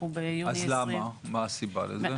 אז מה הסיבה לזה?